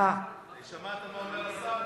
שמעתם מה אומר השר?